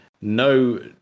no